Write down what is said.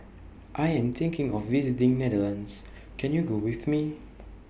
I Am thinking of visiting Netherlands Can YOU Go with Me